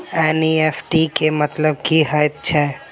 NEFT केँ मतलब की हएत छै?